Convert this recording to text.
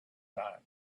time